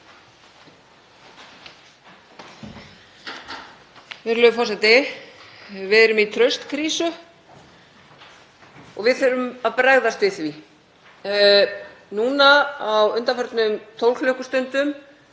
Virðulegur forseti. Við erum í traustkrísu og við þurfum að bregðast við því núna. Á undanförnum 12 klukkustundum